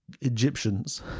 Egyptians